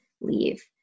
leave